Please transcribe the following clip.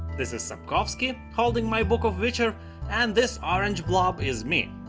this is sapkowski holding my book of witcher and this orange blob is me.